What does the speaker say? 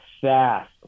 fast